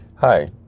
Hi